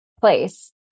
place